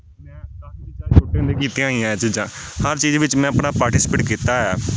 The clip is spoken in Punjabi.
ਮੈਂ ਕਾਫੀ ਚੀਜ਼ਾਂ ਛੋਟੇ ਹੁੰਦੇ ਕੀਤੀਆਂ ਹੋਈਆਂ ਇਹ ਚੀਜ਼ਾਂ ਹਰ ਚੀਜ਼ ਵਿੱਚ ਮੈਂ ਆਪਣਾ ਪਾਰਟੀਸਪੇਟ ਕੀਤਾ ਹੋਇਆ